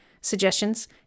Suggestions